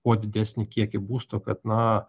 kuo didesnį kiekį būsto kad na